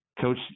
Coach